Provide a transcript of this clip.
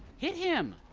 hit him!